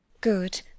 Good